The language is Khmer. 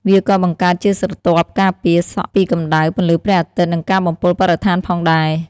វាក៏បង្កើតជាស្រទាប់ការពារសក់ពីកម្ដៅ ពន្លឺព្រះអាទិត្យ និងការបំពុលបរិស្ថានផងដែរ។